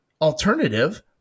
alternative